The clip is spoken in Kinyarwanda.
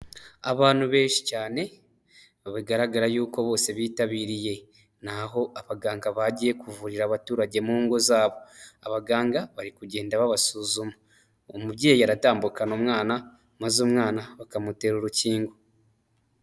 Abantu benshi cyane bigaragara y'uko bose bitabiriye ni aho abaganga bagiye kuvurira abaturage mu ngo z'abo abaganga bari kugenda babasuzuma umubyeyi aratambukana umwana maze umwana bakamutera urukingo.